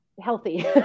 healthy